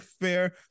fair